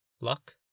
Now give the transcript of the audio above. Luck